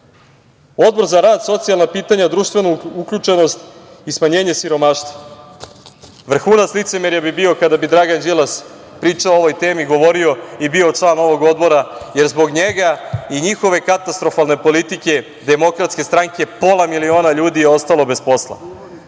za rad, socijalna pitanja, društvenu uključenost i smanjenje siromaštva. Vrhunac licemerja bi bio kada bi Dragan Đilas pričao o ovoj temi, govorio i bio član ovog Odbora, jer zbog njega i njihove katastrofalne politike Demokratske stranke, pola miliona ljudi je ostalo bez posla.